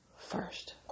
First